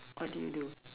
what do you do